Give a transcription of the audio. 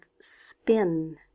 spin